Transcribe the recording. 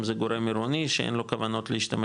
אם זה גורם עירוני שאין לו כוונות להשתמש